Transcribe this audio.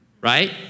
right